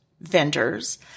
vendors